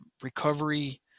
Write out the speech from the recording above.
recovery